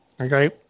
Okay